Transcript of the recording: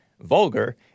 vulgar